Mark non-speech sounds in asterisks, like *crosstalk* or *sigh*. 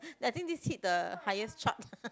ya I think this hit the highest chart *laughs*